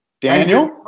Daniel